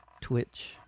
Twitch